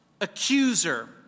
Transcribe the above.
accuser